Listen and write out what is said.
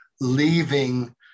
leaving